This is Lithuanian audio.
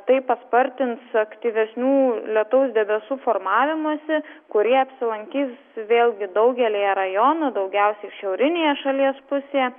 tai paspartins aktyvesnių lietaus debesų formavimąsi kurie apsilankys vėlgi daugelyje rajonų daugiausiai šiaurinėje šalies pusėje